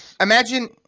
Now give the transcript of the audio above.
imagine